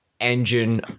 engine